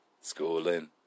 schooling